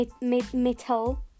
Metal